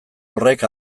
horrek